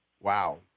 Wow